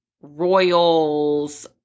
royals